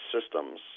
systems